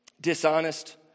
Dishonest